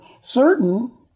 certain